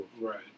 right